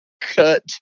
cut